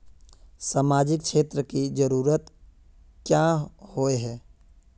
सामाजिक क्षेत्र की जरूरत क्याँ होय है?